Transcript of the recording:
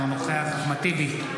אינו נוכח אחמד טיבי,